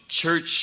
church